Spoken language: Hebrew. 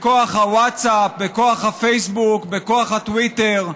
בכוח הווטסאפ, בכוח הפייסבוק, בכוח הטוויטר,